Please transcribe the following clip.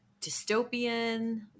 dystopian